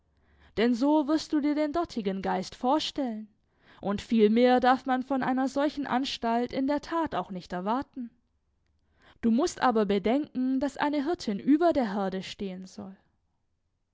denn so wirst du dir den dortigen geist vorstellen und viel mehr darf man von einer solchen anstalt in der tat auch nicht erwarten du mußt aber bedenken daß eine hirtin über der herde stehen soll